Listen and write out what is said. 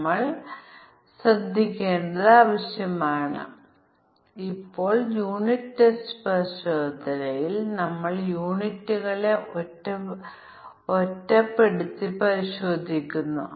അതിനാൽ സങ്കീർണ്ണവും യാദൃശ്ചികവും അതുല്യവുമായ 3 തുല്യതാ ക്ലാസുകൾ ഇവിടെയുണ്ട്